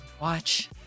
watch